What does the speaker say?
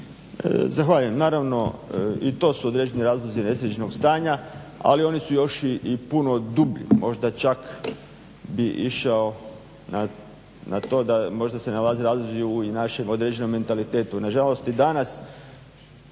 Zahvaljujem. Naravno i to su određeni razlozi nesređenog stanja, ali oni su još i puno dublji, možda čak bi išao na to da možda se nalaze razlozi i u našem određenom mentalitetu.